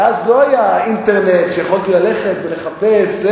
ואז לא היה אינטרנט שיכולתי ללכת ולחפש.